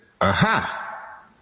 Aha